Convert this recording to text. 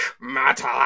matter